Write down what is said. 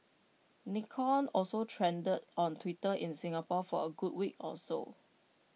Nikon also trended on Twitter in Singapore for A good week or so